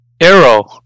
Arrow